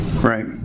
Right